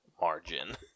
margin